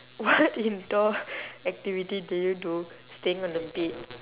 what indoor activity do you do staying on the bed